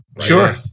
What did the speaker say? Sure